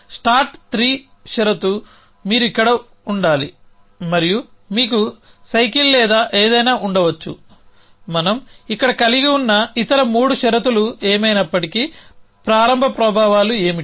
start 3 షరతు మీరు ఇక్కడ ఉండాలి మరియు మీకు సైకిల్ లేదా ఏదైనా ఉండవచ్చు మనం ఇక్కడ కలిగి ఉన్న ఇతర 3 షరతులు ఏమైనప్పటికీ ప్రారంభ ప్రభావాలు ఏమిటి